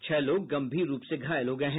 छह लोग गम्भीर रूप से घायल हो गये हैं